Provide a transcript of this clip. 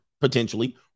potentially